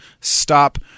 stop